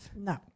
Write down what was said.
No